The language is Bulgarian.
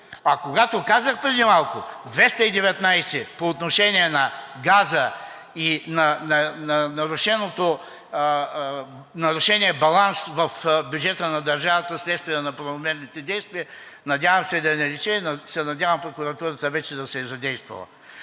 А когато казах преди малко – 219 по отношение на газа, и нарушеният баланс в бюджета на държавата вследствие на неправомерните действия, надявам се, да е налице и надявам се, прокуратурата вече да се е задействала.